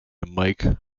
mike